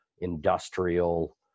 industrial